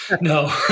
No